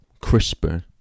CRISPR